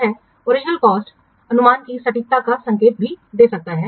यह orignal cost मूल लागत अनुमान की सटीकता का संकेत भी हो सकता है